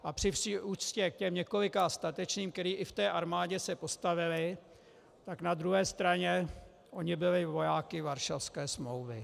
A při vší úctě k těm několika statečným, kteří i v té armádě se postavili, tak na druhé straně oni byli vojáky Varšavské smlouvy.